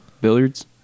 Billiards